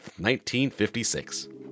1956